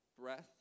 breath